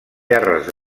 terres